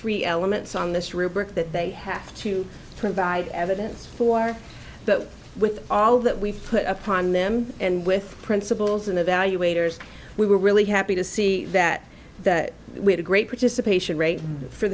three elements on this rubric that they have to provide evidence for but with all that we've put upon them and with principals and evaluators we were really happy to see that that we had a great participation rate for